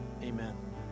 Amen